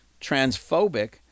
transphobic